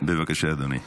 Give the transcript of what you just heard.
כבוד היושב-ראש,